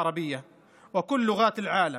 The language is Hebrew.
לא לשווא הודענו